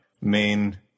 main